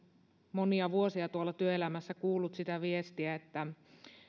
monia vuosia työelämässä kuullut sitä viestiä että